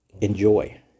Enjoy